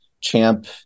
champ